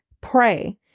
Pray